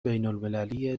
بینالمللی